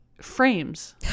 frames